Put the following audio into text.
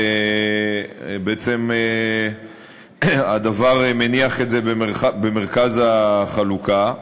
ובעצם הדוור מניח את זה במרכז החלוקה,